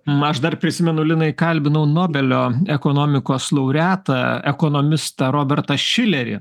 aš dar prisimenu linai kalbinau nobelio ekonomikos laureatą ekonomistą robertą šilerį